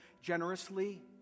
generously